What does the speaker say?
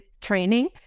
training